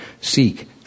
seek